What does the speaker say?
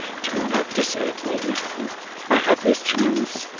do not desert me, now i have this chance.